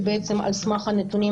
שבעצם על סמך הנתונים